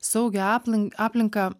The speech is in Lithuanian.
saugią aplin aplinką